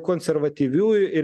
konservatyviųjų ir